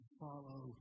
follow